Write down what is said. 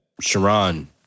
Sharon